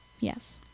Yes